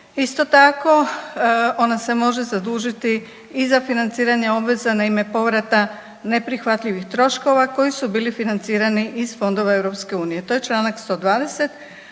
Isto tako, ona se može zadužiti i za financiranje obveza na ime povrata neprihvatljivih troškova koji su bili financirani iz fondova EU. To je Članak 120.